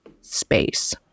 space